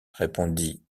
répondit